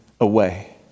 Away